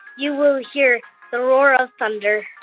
you will hear the roar of thunder